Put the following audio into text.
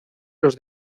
los